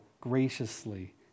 graciously